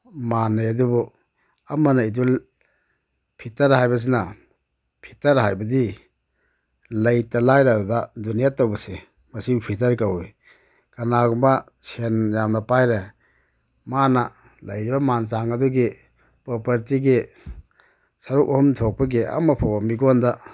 ꯃꯥꯟꯅꯩ ꯑꯗꯨꯕꯨ ꯑꯃꯅ ꯏꯗꯨꯜ ꯐꯤꯇꯔ ꯍꯥꯏꯕꯁꯤꯅ ꯐꯤꯇꯔ ꯍꯥꯏꯕꯗꯤ ꯂꯩꯇ ꯂꯥꯏꯔꯗ ꯗꯣꯅꯦꯠ ꯇꯧꯕꯁꯦ ꯃꯁꯤꯕꯨ ꯐꯤꯇꯔ ꯀꯧꯏ ꯀꯅꯥꯒꯨꯝꯕ ꯁꯦꯟ ꯌꯥꯝꯅ ꯄꯥꯏꯔꯦ ꯃꯥꯅ ꯂꯩꯔꯤꯕ ꯃꯥꯟ ꯆꯥꯡ ꯑꯗꯨꯒꯤ ꯄ꯭ꯔꯣꯄꯔꯇꯤꯒꯤ ꯁꯔꯨꯛ ꯑꯍꯨꯝ ꯊꯣꯛꯄꯒꯤ ꯑꯃ ꯐꯥꯎꯕ ꯃꯤꯉꯣꯟꯗ